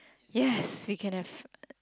yes we can have uh